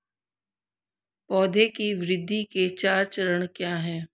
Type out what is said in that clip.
पौधे की वृद्धि के चार चरण क्या हैं?